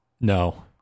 No